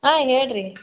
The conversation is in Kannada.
ಹಾಂ ಹೇಳಿರಿ